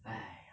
!aiya!